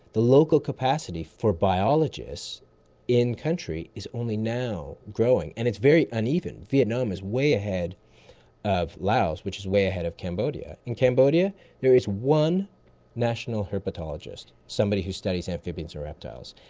the local capacity for biologists in country is only now growing, and it's very uneven. vietnam is way ahead of laos which is way ahead of cambodia. in cambodia there is one national herpetologist, somebody who studies amphibians or reptiles,